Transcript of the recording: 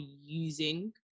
using